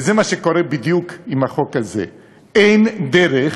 וזה בדיוק מה שקורה עם החוק הזה, אין דרך